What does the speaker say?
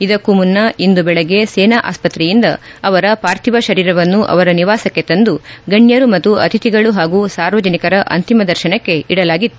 ಇದಕ್ಕೂ ಮುನ್ನ ಇಂದು ಬೆಳಗ್ಗೆ ಸೇನಾ ಆಸ್ಪತ್ರೆಯಿಂದ ಅವರ ಪಾರ್ಥಿವ ಶರೀರವನ್ನು ಅವರ ನಿವಾಸಕ್ಕೆ ತಂದು ಗಣ್ಯರು ಮತ್ತು ಅತಿಥಿಗಳು ಹಾಗೂ ಸಾರ್ವಜನಿಕರ ಅಂತಿಮ ದರ್ಶನಕ್ಕೆ ಇಡಲಾಗಿತ್ತು